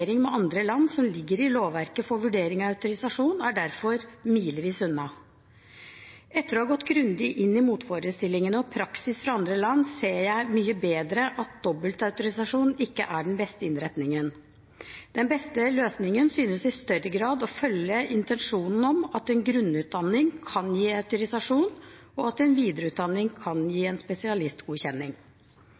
Harmonisering med andre land, som ligger i lovverket for vurdering av autorisasjon, er derfor milevis unna. Etter å ha gått grundig inn i motforestillingene og praksis fra andre land ser jeg mye bedre at dobbeltautorisasjon ikke er den beste innretningen. Den beste løsningen synes i større grad å følge intensjonen om at en grunnutdanning kan gi autorisasjon, og at en videreutdanning kan gi en spesialistgodkjenning.